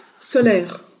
solaire